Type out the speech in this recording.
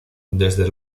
desde